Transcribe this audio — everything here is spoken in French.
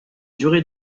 durée